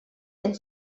and